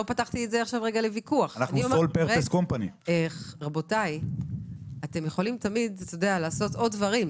אתם תמיד יכולים לעשות עוד דברים,